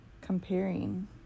comparing